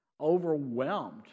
Overwhelmed